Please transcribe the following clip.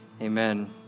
Amen